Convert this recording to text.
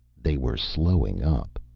they were slowing up!